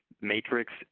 matrix